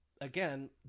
again